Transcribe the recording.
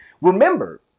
Remember